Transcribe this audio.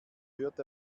hört